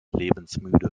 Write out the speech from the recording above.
lebensmüde